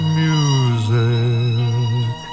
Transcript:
music